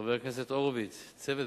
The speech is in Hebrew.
חבר הכנסת הורוביץ, צוות